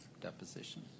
deposition